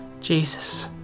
Jesus